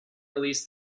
released